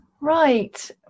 Right